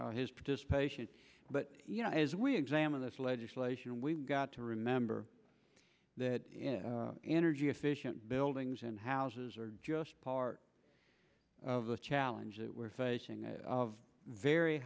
for his participation but you know as we examine this legislation we've got to remember that energy efficient buildings and houses are just part of the challenge that we're facing of very